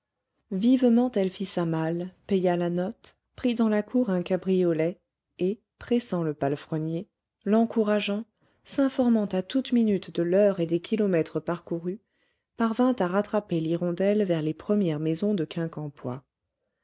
vivement elle fit sa malle paya la note prit dans la cour un cabriolet et pressant le palefrenier l'encourageant s'informant à toute minute de l'heure et des kilomètres parcourus parvint à rattraper l'hirondelle vers les premières maisons de quincampoix